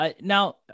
Now